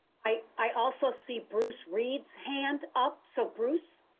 i i also see bruce reed's hand up, so bruce?